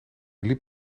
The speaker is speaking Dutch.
liep